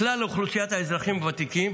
מכלל אוכלוסיית האזרחים הוותיקים,